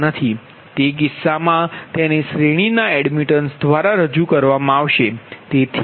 તેથી તે કિસ્સામાં તેને શ્રેણીના એડમિટેન્સ દ્વારા રજૂ કરવામાં આવશે